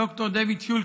ד"ר דייוויד שולקין.